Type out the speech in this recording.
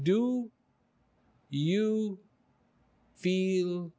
do you feel